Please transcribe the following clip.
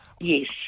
Yes